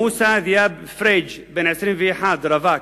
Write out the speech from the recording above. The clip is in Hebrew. מוסא עבד פריג', בן 21, רווק,